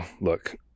look